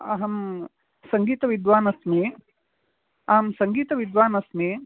अहं सङ्गीतविद्वान् अस्मि आं सङ्गीतविद्वान् अस्मि